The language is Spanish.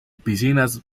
piscinas